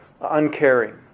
uncaring